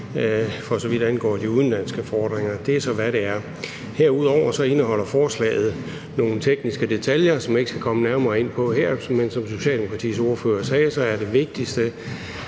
for så vidt angår de udenlandske fordringer. Det er så, hvad det er. Herudover indeholder forslaget nogle tekniske detaljer, som jeg ikke skal komme nærmere ind på her, men som Socialdemokratiets ordfører sagde, er det vigtigste,